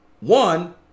One